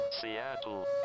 Seattle